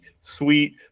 sweet